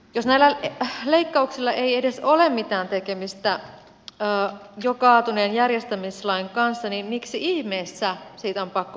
jos näillä leikkauksilla ei edes ole mitään tekemistä jo kaatuneen järjestämislain kanssa niin miksi ihmeessä siitä on pakko pitää kiinni